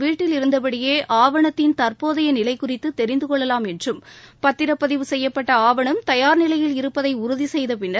வீட்டில் இருந்தபடியே ஆவணத்தின் தற்போதைய நிலை குறித்து தெரிந்துகொள்ளலாம் என்றும் பத்திரப்பதிவு செய்யப்பட்ட ஆவணம் தயார் நிலையில் இருப்பதை உறுதி செய்தபின்னர்